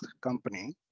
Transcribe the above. company